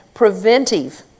preventive